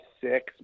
six